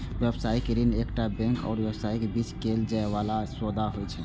व्यावसायिक ऋण एकटा बैंक आ व्यवसायक बीच कैल जाइ बला सौदा होइ छै